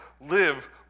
live